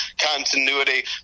continuity